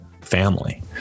family